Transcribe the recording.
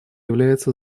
является